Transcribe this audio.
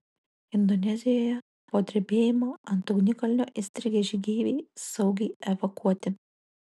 indonezijoje po drebėjimo ant ugnikalnio įstrigę žygeiviai saugiai evakuoti